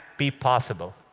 be possible.